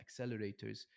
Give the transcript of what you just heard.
accelerators